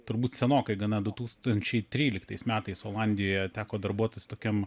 turbūt senokai gana du tūkstančiai tryliktais metais olandijoje teko darbuotis tokiam